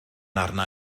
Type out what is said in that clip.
arna